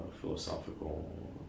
philosophical